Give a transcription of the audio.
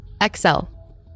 Excel